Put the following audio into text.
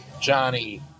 Johnny